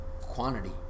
quantity